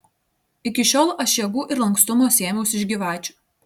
iki šiol aš jėgų ir lankstumo sėmiaus iš gyvačių